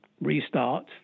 restart